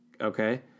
okay